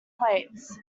plates